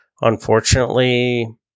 unfortunately